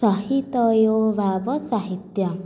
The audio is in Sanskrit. सहितयोर्भावः साहित्यम्